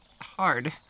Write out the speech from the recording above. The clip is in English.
Hard